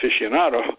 aficionado